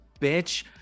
bitch